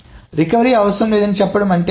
recovery అవసరం లేదని చెప్పడం అంటే ఏమిటి